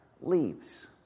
leaves